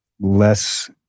less